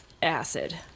acid